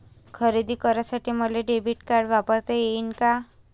खरेदी करासाठी मले डेबिट कार्ड वापरता येईन का?